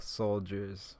soldiers